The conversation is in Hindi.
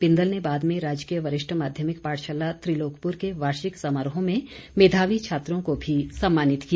बिंदल ने बाद में राजकीय वरिष्ठ माध्यमिक पाठशाला त्रिलोकपुर के वार्षिक समारोह में मेधावी छात्रों को भी सम्मानित किया